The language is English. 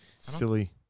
Silly